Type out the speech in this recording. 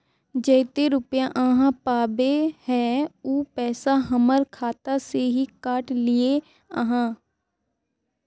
जयते रुपया आहाँ पाबे है उ पैसा हमर खाता से हि काट लिये आहाँ?